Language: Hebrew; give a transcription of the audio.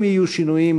אם יהיו שינויים,